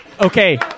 Okay